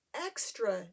extra